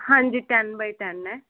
ਹਾਂਜੀ ten by ten ਹੈ